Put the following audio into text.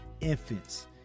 infants